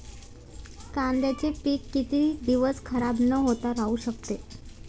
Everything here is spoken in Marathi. कांद्याचे पीक किती दिवस खराब न होता राहू शकते?